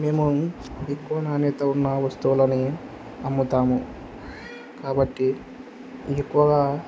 మేము ఎక్కువ నాణ్యత ఉన్న వస్తువులని అమ్ముతాము కాబట్టి ఎక్కువగా